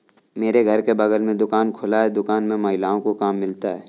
मेरे घर के बगल में दुकान खुला है दुकान में महिलाओं को काम मिलता है